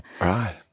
Right